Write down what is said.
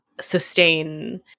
sustain